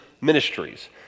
ministries